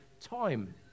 time